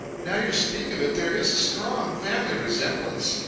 now you speak of it, there is a strong family resemblance,